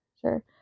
sure